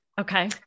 Okay